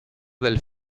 del